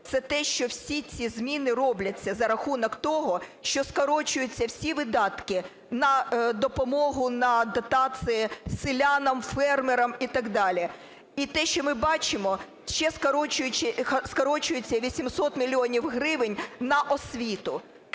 це те, що всі ці зміни робляться за рахунок того, що скорочуються всі видатки на допомогу, на дотації селянам, фермерам і так далі. І те, що ми бачимо, ще скорочується і 800 мільйонів гривень на освіту.